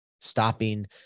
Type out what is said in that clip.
stopping